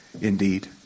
Indeed